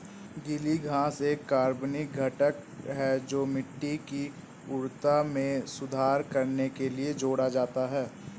गीली घास एक कार्बनिक घटक है जो मिट्टी की उर्वरता में सुधार करने के लिए जोड़ा जाता है